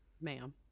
Ma'am